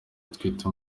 atwite